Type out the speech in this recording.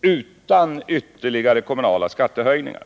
utan ytterligare kommunala skattehöjningar.